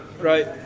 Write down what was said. Right